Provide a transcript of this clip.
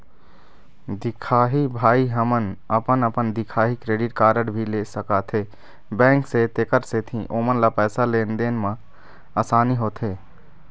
दिखाही भाई हमन अपन अपन दिखाही क्रेडिट कारड भी ले सकाथे बैंक से तेकर सेंथी ओमन ला पैसा लेन देन मा आसानी होथे?